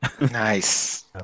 Nice